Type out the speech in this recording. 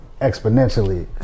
exponentially